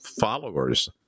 followers